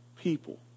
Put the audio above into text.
people